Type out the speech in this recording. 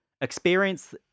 experience